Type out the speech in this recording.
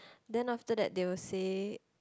then after that they will say